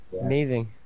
Amazing